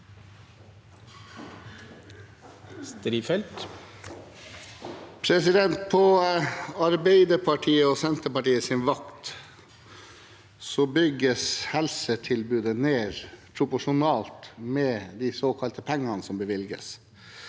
På Arbeider- partiet og Senterpartiets vakt bygges helsetilbudet ned proporsjonalt med de såkalte pengene som bevilges.